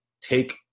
take